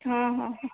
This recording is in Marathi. हां हां हां